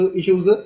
issues